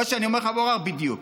מה שאני אומר לך, אבו עראר, בדיוק,